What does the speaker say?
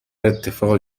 اتفاقی